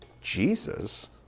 Jesus